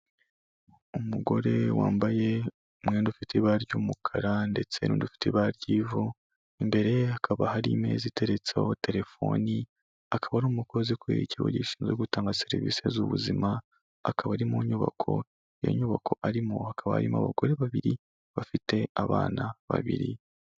Umugore wambaye umwenda ufite ibara ry'umukara ndetse n'undi ufite ibara ry'ivu, imbere ye hakaba hari imeza iteretseho telefoni akaba ari umukozi ukuriye ikigo gishinzwe gutanga serivise z'ubuzima, akaba ari mu nyubako, iyo nyubako arimo hakaba harimo abagore babiri bafite abana babiri.